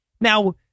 Now